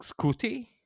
Scooty